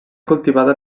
cultivada